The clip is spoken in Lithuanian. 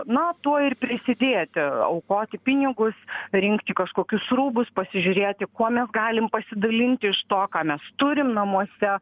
na tuo ir prisidėti aukoti pinigus rinkti kažkokius rūbus pasižiūrėti kuo mes galim pasidalinti iš to ką mes turim namuose